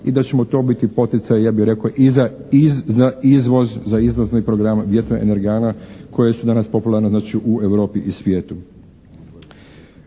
i da će mu to biti poticaj, ja bih rekao i za, i za izvoz, za izvozne programe vjetroenergana koje su danas popularne znači u Europi i svijetu.